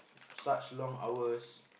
such long hours